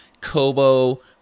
Kobo